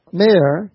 mayor